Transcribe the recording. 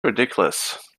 ridiculous